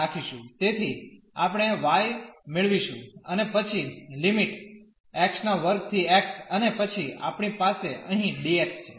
તેથી આપણે y મેળવીશું અને પછી લિમિટ x2¿x અને પછી આપણી પાસે અહીં dx છે